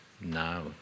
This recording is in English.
now